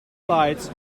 lights